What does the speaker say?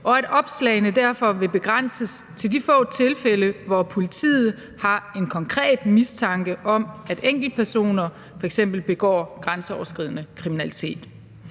og at opslagene derfor vil begrænses til de få tilfælde, hvor politiet har en konkret mistanke om, at enkeltpersoner f.eks. begår grænseoverskridende kriminalitet.